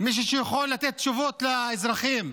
מישהו שיכול לתת תשובות לאזרחים,